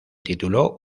tituló